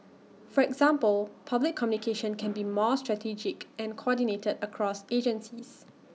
for example public communication can be more strategic and coordinated across agencies